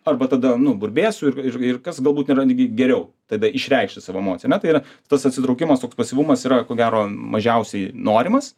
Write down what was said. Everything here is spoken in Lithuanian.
arba tada nu burbėsiu ir ir ir kas galbūt yra netgi geriau tada išreikšti savo emociją ane tai yra tas atsitraukimas toks pasyvumas yra ko gero mažiausiai norimas